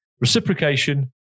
Reciprocation